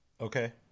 okay